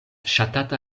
ŝatata